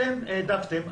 אתם העדפתם,